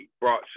brought